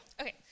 Okay